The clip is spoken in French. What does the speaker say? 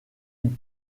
une